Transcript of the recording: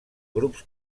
grups